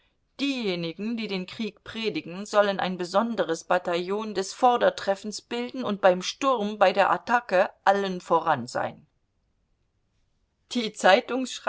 diejenigen die den krieg predigen sollen ein besonderes bataillon des vordertreffens bilden und beim sturm bei der attacke allen voran sein